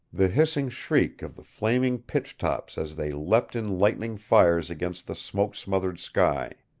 the hissing shriek of the flaming pitch-tops as they leapt in lightning fires against the smoke-smothered sky.